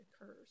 occurs